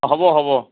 হ'ব হ'ব